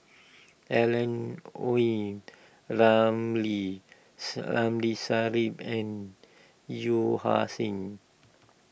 Alan Oei Ramli Ramli Sarip and Yeo Ah Seng